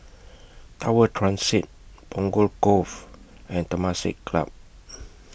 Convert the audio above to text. Tower Transit Punggol Cove and Temasek Club